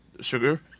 Sugar